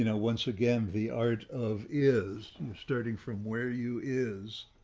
you know once again, the art of is starting from where you is,